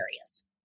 areas